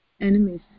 enemies